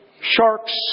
sharks